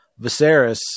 Viserys